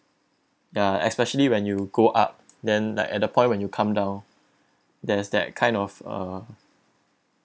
ya especially when you go up then like at the point when you come down there's that kind of a